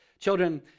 Children